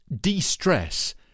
De-stress